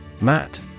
Matt